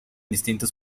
distintos